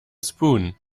spoon